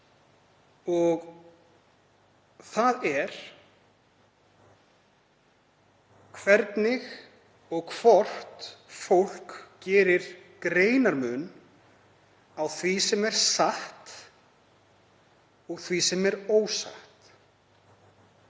þ.e. hvernig og hvort fólk geri greinarmun á því sem er satt og því sem er ósatt.